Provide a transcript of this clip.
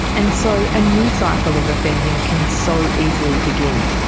and so, a new cycle of offending can so easily begin.